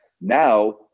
Now